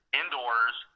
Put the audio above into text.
indoors